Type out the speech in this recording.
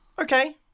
Okay